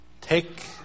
take